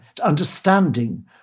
understanding